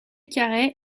carey